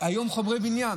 חומרי בניין